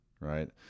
right